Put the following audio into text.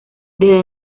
desde